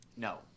No